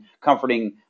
comforting